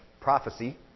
prophecy